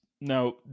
Now